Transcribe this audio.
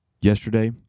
yesterday